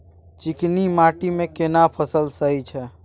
चिकनी माटी मे केना फसल सही छै?